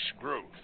growth